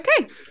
Okay